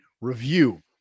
review